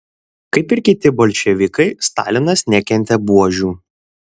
kaip ir kiti bolševikai stalinas nekentė buožių